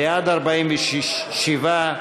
בעד, 47,